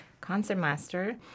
concertmaster